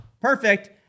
perfect